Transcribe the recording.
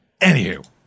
Anywho